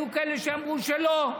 היו כאלה שאמרו שלא.